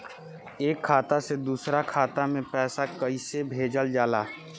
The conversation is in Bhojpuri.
एक खाता से दूसरा खाता में पैसा कइसे भेजल जाला?